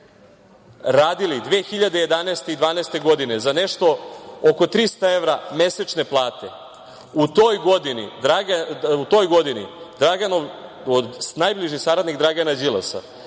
radili 2011. i 2012. godine za nešto oko 300 evra mesečne plate, u toj godini najbliži saradnik Dragana Đilasa,